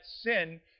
sin